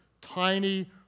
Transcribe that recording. tiny